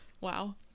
Wow